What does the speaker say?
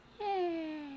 Yay